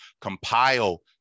compile